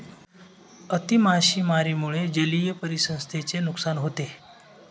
अति मासेमारीमुळे जलीय परिसंस्थेचे नुकसान होते